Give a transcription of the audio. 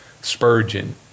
Spurgeon